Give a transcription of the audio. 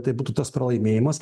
tai būtų tas pralaimėjimas